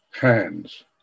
Hands